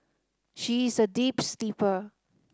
she is a deep sleeper